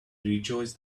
rejoiced